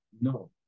No